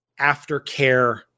aftercare